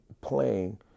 playing